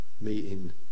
Meeting